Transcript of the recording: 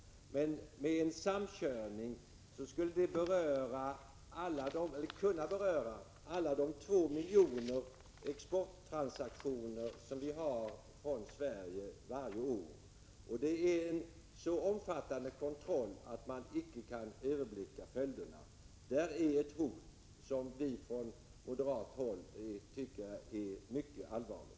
En samkörning skulle kunna beröra alla exporttransaktioner — två miljoner varje år — i Sverige. Det är en så omfattande kontroll att man icke kan överblicka följderna. Där är ett hot som vi från moderat håll tycker är mycket allvarligt.